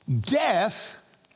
Death